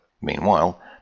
Meanwhile